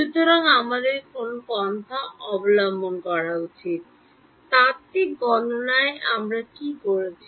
সুতরাং আমাদের কোন পন্থা অবলম্বন করা উচিত তাত্ত্বিক গণনায় আমরা কী করেছি